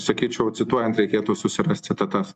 sakyčiau cituojant reikėtų susirast citatas